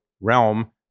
realm